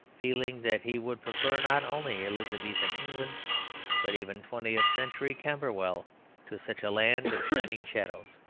feeling that he would prefer not only elizabethan england but even twentieth-century camberwell to such a land of shining shadows.